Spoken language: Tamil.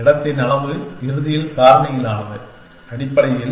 இடத்தின் அளவு இறுதியில் காரணியாலானது அடிப்படையில்